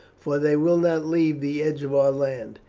for they will not leave the edge of our land.